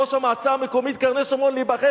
ראש המועצה המקומית קרני-שומרון להיבחר,